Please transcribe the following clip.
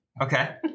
Okay